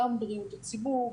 גם בריאות הציבור,